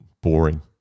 boring